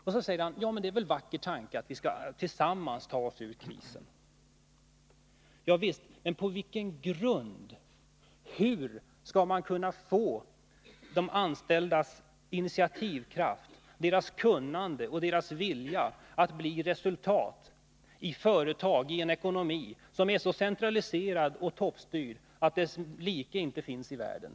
Och så säger herr Ullenhag: Ja, men det är väl en vacker tanke att vi tillsammans skall ta oss ur krisen? Ja visst. Men på vilken grund? Hur skall man kunna få de anställdas initiativkraft, deras kunnande och deras vilja att ge resultat i företagen i en ekonomi som är så centraliserad och toppstyrd att dess like inte finns i världen?